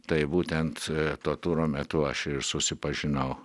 tai būtent to turo metu aš ir susipažinau